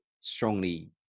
strongly